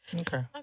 Okay